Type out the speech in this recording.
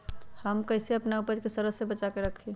हम कईसे अपना उपज के सरद से बचा के रखी?